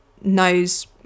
knows